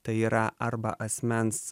tai yra arba asmens